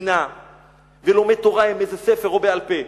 פינה ולומד תורה עם איזה ספר או בעל-פה,